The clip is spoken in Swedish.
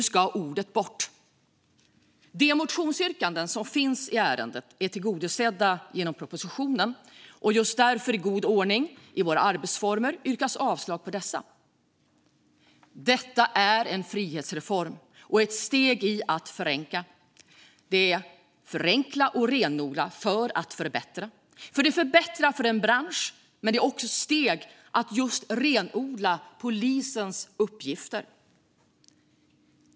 Avskaffat krav på tillstånd för offentlig danstillställning på plats som inte är offentlig De motionsyrkanden som finns i ärendet är tillgodosedda genom propositionen, och just därför yrkas i god ordning i våra arbetsformer avslag på dessa. Detta är en frihetsreform och ett steg i att förenkla och renodla för att förbättra. Det förbättrar för en bransch. Men det är också ett steg i att just renodla polisens uppgifter.